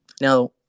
Now